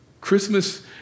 Christmas